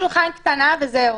יש שולחן קטן וזהו.